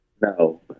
no